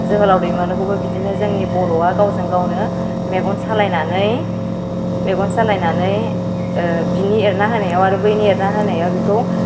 जोहोलाव दैमालुखौबो बिदिनो जोंनि बर'आ गावजों गावनो मेगन सालायनानै मेगन सालायनानै बिनि एरना होनायाव आरो बैनि एरना होनायाव बेखौ